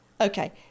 okay